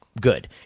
good